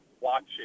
watching